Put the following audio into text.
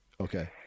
Okay